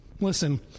Listen